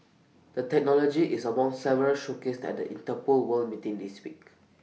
the technology is among several showcased at the Interpol world meeting this week